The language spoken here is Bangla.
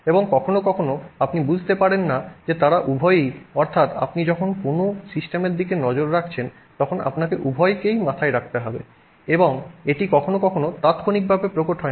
এবং কখনও কখনও আপনি বুঝতে পারেন না যে তারা উভয়ই অর্থাৎ আপনি যখন কোনও সিস্টেমের দিকে নজর রাখছেন তখন আপনাকে উভয়কেই মাথায় রাখতে হবে এবং এটি কখনও কখনও তাৎক্ষণিকভাবে প্রকট হয় না